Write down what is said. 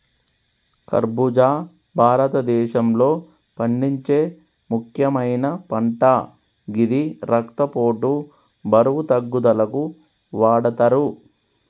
ఖర్బుజా భారతదేశంలో పండించే ముక్యమైన పంట గిది రక్తపోటు, బరువు తగ్గుదలకు వాడతరు